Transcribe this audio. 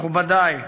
מכובדי,